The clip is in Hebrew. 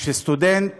הוא שסטודנט